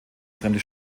fremde